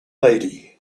lady